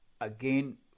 again